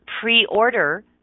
pre-order